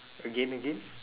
again again